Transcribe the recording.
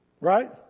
Right